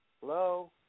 Hello